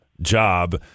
job